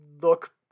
look